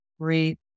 Great